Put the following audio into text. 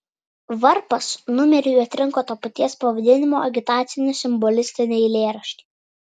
varpas numeriui atrinko to paties pavadinimo agitacinį simbolistinį eilėraštį